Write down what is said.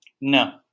No